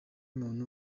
muntu